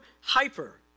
Hyper